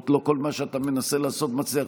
לא כל מה שאתה מנסה לעשות מצליח.